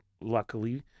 luckily